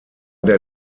der